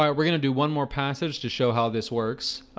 um we're gonna do one more passage to show how this works.